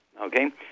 Okay